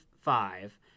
five